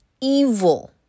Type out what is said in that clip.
evil